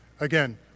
again